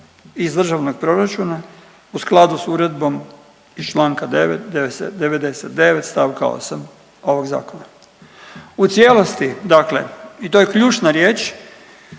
iz državnog proračuna u skladu s uredbom iz čl. 99. st. 8. ovog zakona, u cijelosti dakle i to je ključna riječ